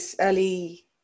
early